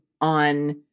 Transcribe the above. on